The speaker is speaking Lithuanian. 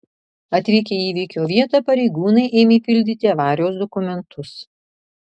atvykę į įvykio vietą pareigūnai ėmė pildyti avarijos dokumentus